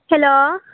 hello